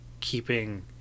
keeping